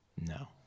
No